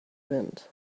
wind